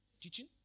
teaching